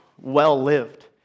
well-lived